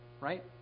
right